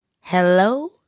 Hello